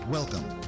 Welcome